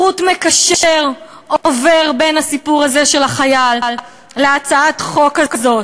חוט מקשר עובר בין הסיפור הזה של החייל להצעת החוק הזאת,